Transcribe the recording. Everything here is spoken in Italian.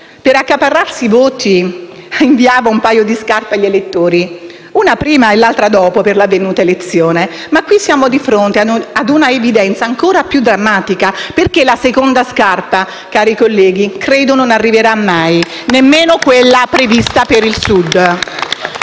per accaparrarsi i voti inviava un paio di scarpe agli elettori: una prima e l'altra dopo per l'avvenuta elezione. Ma qui siamo di fronte ad un'evidenza ancora più drammatica perché la seconda scarpa, cari colleghi, credo non arriverà mai; nemmeno quella prevista per il Sud.